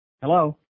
Hello